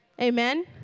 amen